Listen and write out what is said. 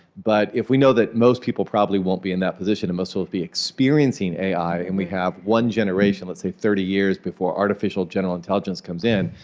but if we know that most people probably won't be in that position and most will be experiencing ai, and we have one generation let's say thirty years before artificial general intelligence comes in,